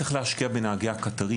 צריך להשקיע בנהגי הקטרים.